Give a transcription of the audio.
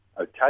okay